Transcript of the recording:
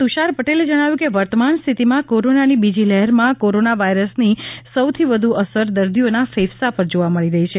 તુષાર પટેલે જણાવ્યું કે વર્તમાન સ્થિતિમાં કોરોનાની બીજી લહેરમાં કોરોના વાયરસની સૌથી વધુ અસર દર્દીઓના ફેફસા પર જોવા મળી રહી છે